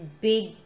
big